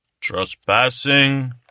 trespassing